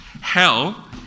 Hell